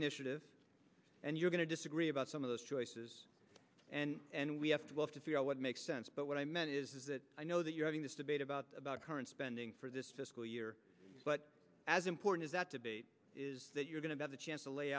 initiative and you're going to disagree about some of those choices and we have twelve to figure out what makes sense but what i meant is that i know that you're having this debate about about current spending for this fiscal year but as important as that debate is that you're going to have a chance to lay